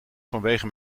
vanwege